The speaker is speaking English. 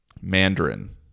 Mandarin